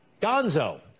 Gonzo